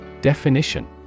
Definition